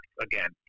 again